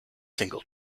single